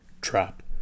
trap